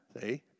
see